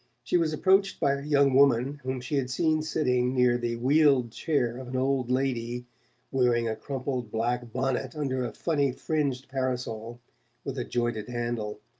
she was approached by a young woman whom she had seen sitting near the wheeled chair of an old lady wearing a crumpled black bonnet under a funny fringed parasol with a jointed handle.